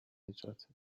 نجاتت